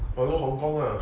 or not hong kong lah